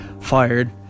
fired